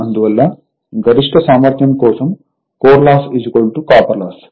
అందువల్ల గరిష్ట సామర్థ్యం కోసం కోర్ లాస్ కాపర్ లాస్